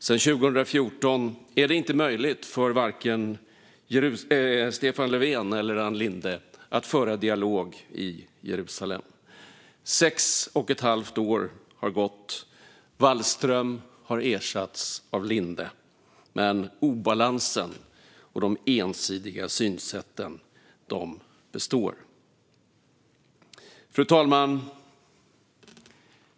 Sedan 2014 är det inte möjligt för vare sig Stefan Löfven eller Ann Linde att föra dialog i Jerusalem. Sex och ett halvt år har gått, Wallström har ersatts av Linde. Men obalansen och de ensidiga synsätten består. Fru talman!